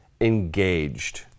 engaged